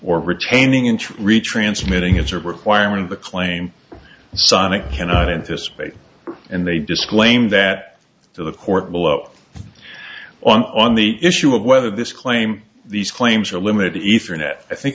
or retaining inch retransmitting is a requirement of the claim sonic cannot anticipate and they disclaim that to the court below on the issue of whether this claim these claims are limited ether net i think